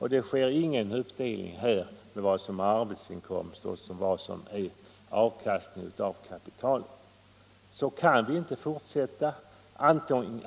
Här sker ingen uppdelning i vad som är arbetsinkomst och vad som är avkastning av kapital. Så kan det inte fortsätta.